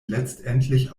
letztendlich